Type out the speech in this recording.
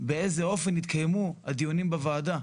באיזה אופן יתקיימו הדיונים בוועדה.